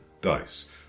Dice